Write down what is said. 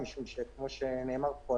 משום שכמו שנאמר פה,